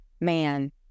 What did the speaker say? man